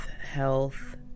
health